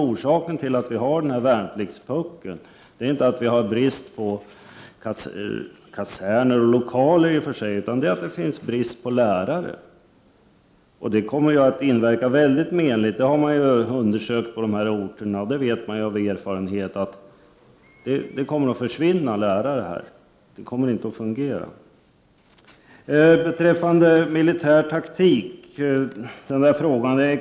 Orsaken till den s.k. värnpliktspuckeln är inte brist på kaserner och lokaler utan det är bristen på lärare. Att nedläggningarna kommer att inverka menligt visar undersökningar som gjorts på de aktuella orterna, och vi vet av erfarenhet att lärare kommer att försvinna. Utbildningen kommer inte att fungera. Kanske jag uttryckte mig fel när jag talade om militär taktik.